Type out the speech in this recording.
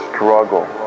struggle